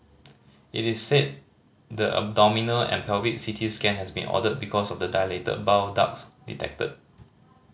it is said the abdominal and pelvic C T scan has been ordered because of the dilated bile ducts detected